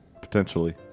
Potentially